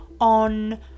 on